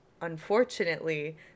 unfortunately